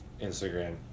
Instagram